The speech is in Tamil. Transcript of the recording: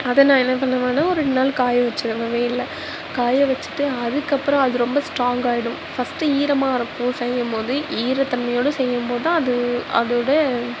அதை நான் என்ன பண்ணுவேனா ஒரு ரெண்டு நாள் காய வெச்சுருவேன் வெயிலில் காய வெச்சுட்டு அதுக்கப்புறோம் அது ரொம்ப ஸ்ட்ராங்காகிடும் ஃபஸ்ட்டு ஈரமாக இருக்கும் செய்யும்போது ஈரத்தன்மையோடு செய்யும்போதுதான் அது அதோடய